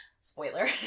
Spoiler